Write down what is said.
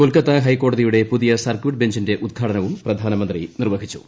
കൊൽക്കത്ത ഹൈക്കോടതിയുടെ പുതിയ സർക്യൂട്ട് ബഞ്ചിന്റെ ഉദ്ഘാടനവും പ്രധാനമന്ത്രി നിർവ്വഹിച്ചു